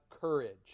courage